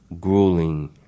grueling